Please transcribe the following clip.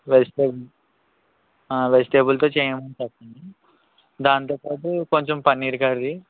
vegetable ఆ వెజిటేబుల్తో చెయ్యమని చెప్పండి దాంతో పాటు కొంచెం పన్నీర్ కర్రీ